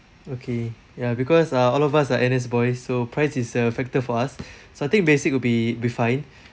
okay ya because uh all of us are N_S boy so price is a factor for us so I think basic will be be fine